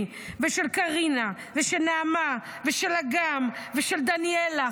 ושל קרינה ושל נעמה ושל אגם ושל דניאלה,